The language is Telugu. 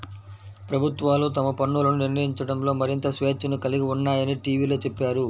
ప్రభుత్వాలు తమ పన్నులను నిర్ణయించడంలో మరింత స్వేచ్ఛను కలిగి ఉన్నాయని టీవీలో చెప్పారు